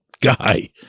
guy